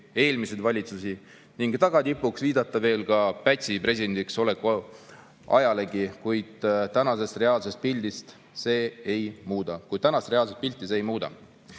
eelmisi valitsusi ning tagatipuks viidata veel ka Pätsi presidendiks oleku ajale, kuid tänast reaalset pilti see ei muuda.